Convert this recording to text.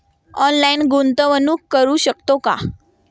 Online गुंतवणूक करू शकतो का?